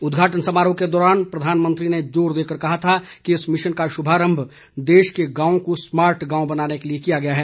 उद्घाटन समारोह के दौरान प्रधानमंत्री ने जोर देकर कहा था कि इस मिशन का शुभारम्भ देश के गांवों को स्मार्ट गांव बनाने के लिए किया गया है